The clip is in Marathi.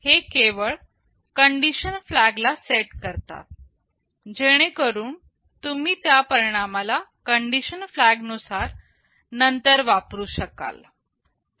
हे केवळ कंडिशन फ्लॅग ला सेट करतात जेणेकरून तुम्ही त्या परिणामाला कंडिशन फ्लॅग नुसार नंतर वापरु शकाल